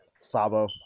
Sabo